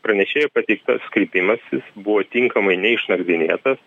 pranešėjų pateiktas kreipimasis buvo tinkamai neišnagrinėtas